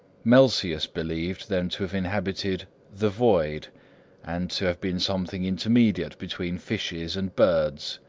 melsius believed them to have inhabited the void and to have been something intermediate between fishes and birds.